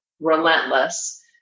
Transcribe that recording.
relentless